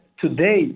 Today